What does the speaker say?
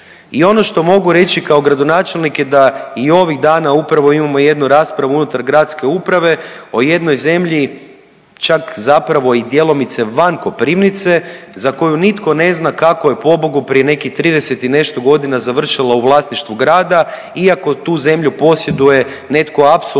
I ono što mogu reći kao gradonačelnik je da i ovih dana upravo imamo jednu raspravu unutar gradske uprave o jednoj zemlji, čak zapravo i djelomice van Koprivnice za koju nitko ne zna kako je, pobogu, prije nekih 30 i nešto godina, završila u vlasništvu grada, iako tu zemlju posjeduje netko apsolutno